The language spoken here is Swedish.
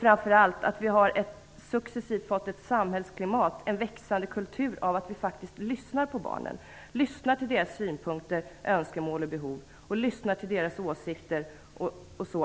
Framför allt har vi successivt fått ett samhällsklimat, en växande kultur där vi faktiskt lyssnar på barnen, lyssnar till deras synpunkter, önskemål och behov och lyssnar till deras åsikter